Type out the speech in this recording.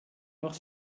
noch